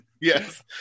Yes